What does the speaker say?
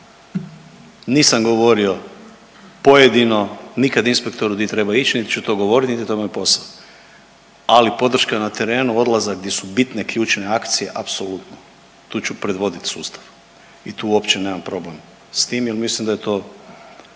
Nisam govorio pojedino inspektoru gdje treba ići niti ću to govoriti niti je to moj posao, ali podrška na terenu, odlazak gdje su bitne ključne akcije apsolutno tu ću predvodit sustav i tu uopće nama problem s tim jer mislim da je to